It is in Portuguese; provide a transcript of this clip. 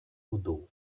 mudou